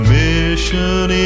mission